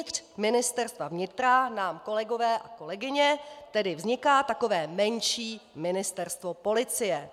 Uvnitř Ministerstva vnitra nám, kolegové a kolegyně, tedy vzniká takové menší ministerstvo policie.